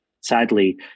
sadly